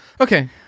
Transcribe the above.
Okay